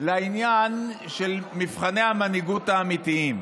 לעניין של מבחני המנהיגות האמיתיים.